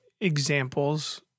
examples